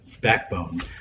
backbone